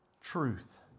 truth